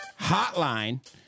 hotline